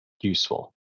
useful